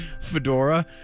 fedora